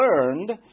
learned